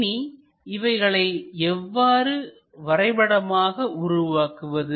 இனி இவைகளை எவ்வாறு வரைபடமாக உருவாக்குவது